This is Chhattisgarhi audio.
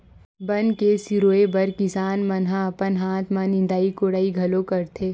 बन के सिरोय बर किसान मन ह अपन हाथ म निंदई कोड़ई घलो करथे